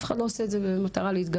אף אחד לא עושה את זה במטרה להתגרש,